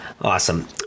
Awesome